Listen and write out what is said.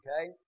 okay